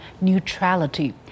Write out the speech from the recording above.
neutrality